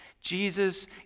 Jesus